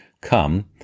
Come